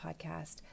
podcast